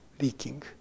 leaking